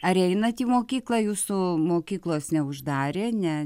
ar einat į mokyklą jūsų mokyklos neuždarė ne